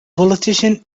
politician